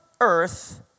earth